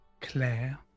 Claire